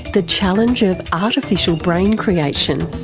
the challenge of artificial brain creation,